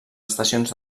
estacions